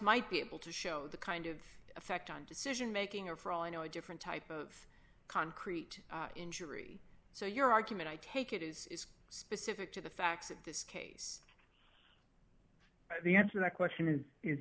might be able to show the kind of effect on decision making or for all i know a different type of concrete injury so your argument i take it is specific to the facts of this case the answer that question is is